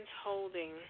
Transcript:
holding